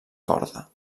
corda